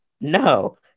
no